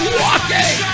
walking